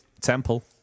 Temple